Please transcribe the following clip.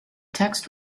text